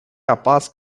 rapaz